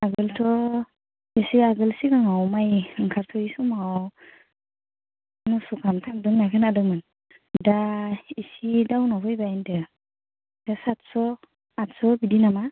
आगोलथ' एसे आगोल सिगाङाव माइ ओंखारथ'यै समाव नौस'खान थांदों होननाय खोनादोंमोन दा एसे डाउनाव फैबाय होन्दों दा सातस' आदस' बिदि नामा